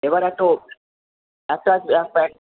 এবারে